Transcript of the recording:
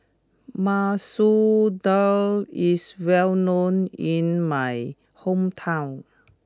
Masoor Dal is well known in my hometown